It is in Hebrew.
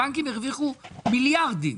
הבנקים הרוויחו מיליארדים.